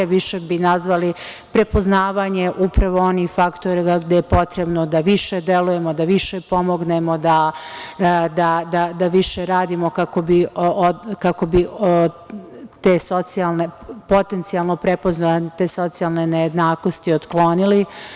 Više bi nazvali prepoznavanje upravo onih faktora gde je potrebno da više delujemo, da više pomognemo, da više radimo kako bi potencijalno prepoznali i te socijalne nejednakosti otklonili.